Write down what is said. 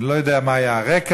אני לא יודע מה היה הרקע,